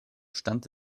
stand